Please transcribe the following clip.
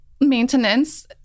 maintenance